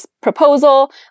proposal